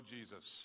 Jesus